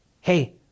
Hey